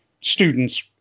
students